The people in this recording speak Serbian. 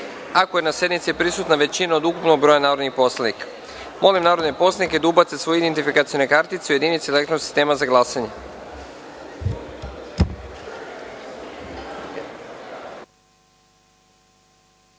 ako je na sednici prisutna većina od ukupnog broja narodnih poslanika. Molim narodne poslanike da ubace svoje identifikacione kartice u jedinice elektronskog sistema za